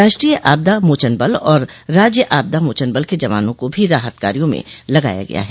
राष्ट्रीय आपदा मोचन बल और राज्य आपदा मोचन बल के जवानों को भी राहत कार्यों में लगाया गया है